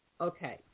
Okay